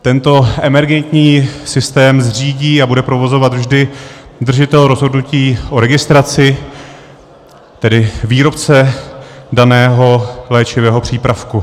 Tento emergentní systém zřídí a bude provozovat vždy držitel rozhodnutí o registraci, tedy výrobce daného léčivého přípravku.